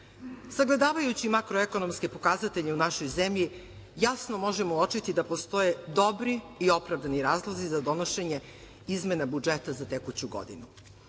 sagledavajući makroekonomske pokazatelje u našoj zemlji jasno možemo uočiti da postoje dobri i opravdani razlozi za donošenje izmene budžeta za tekuću godinu. Prvi